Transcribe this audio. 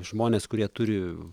žmonės kurie turi